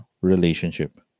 relationship